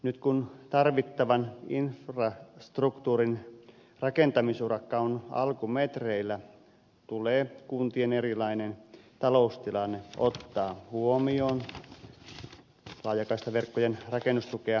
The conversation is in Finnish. nyt kun tarvittavan infrastruktuurin rakentamisurakka on alkumetreillä tulee kuntien erilainen taloustilanne ottaa huomioon laajakaistaverkkojen rakennustukea myönnettäessä